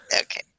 Okay